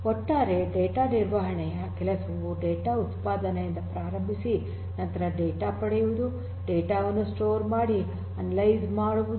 ಒಟ್ಟಾರೆ ಡೇಟಾ ನಿರ್ವಹಣೆಯ ಕೆಲಸವು ಡೇಟಾ ಉತ್ಪಾದನೆಯಿಂದ ಪ್ರಾರಂಭಿಸಿ ನಂತರ ಡೇಟಾ ಪಡೆಯುವುದು ಡೇಟಾ ವನ್ನು ಸ್ಟೋರ್ ಮಾಡಿ ಅನಲೈಜ್ ಮಾಡುವುದು